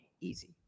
easy